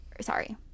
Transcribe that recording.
sorry